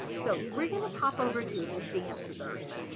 so we're going to pop over to the advanced search.